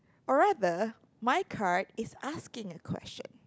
alright the my card is asking a question